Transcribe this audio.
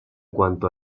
cuanto